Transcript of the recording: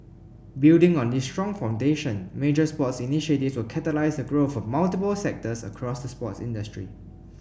building on this strong foundation major sports initiatives will catalyse the growth of multiple sectors across the sports industry